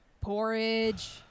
Porridge